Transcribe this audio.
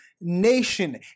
nation